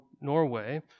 Norway